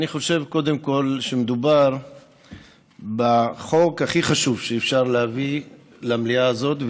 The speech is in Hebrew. אני חושב קודם כול שמדובר בחוק הכי חשוב שאפשר להביא למליאה הזאת,